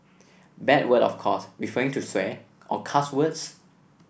bad word of course referring to swear or cuss words